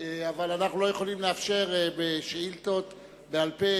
אבל אנו לא יכולים לאשר בשאילתות בעל-פה